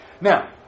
Now